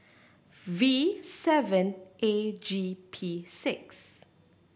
V seven A G P six